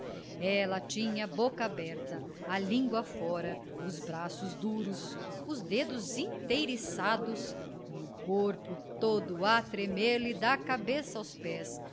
ela tinha a boca aberta a língua fora os braços duros os dedos inteiriçados e o corpo todo a tremer lhe da cabeça aos pés